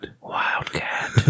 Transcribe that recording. Wildcat